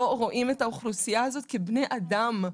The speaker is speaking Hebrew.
לא רואים את האוכלוסייה הזאת כבני אדם,